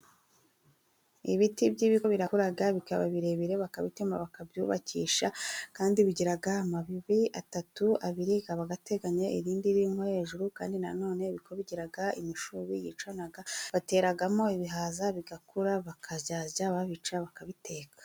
Ibiti by'ibiko birakura bikaba birebire, bakabitema bakabyubakisha. Kandi bigira amabibi atatu abiri aba ateganye, irindi riri nko hejuru, kandi na none ibiko bigira imishubi yicana. Bateramo ibihaza bigakura bakarya, babica bakabiteka.